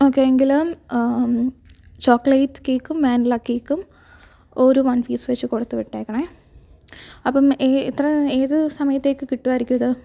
okay എങ്കില് chocolate കേക്കും vanilla കേക്കും ഓരോ വൺ പീസുവെച്ചു കൊടുത്തുവിട്ടേക്കണേ അപ്പോള് എത്ര ഏത് സമയത്തേക്ക് കിട്ടുമായിരിക്കും ഇത്